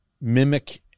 mimic